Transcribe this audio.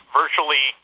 virtually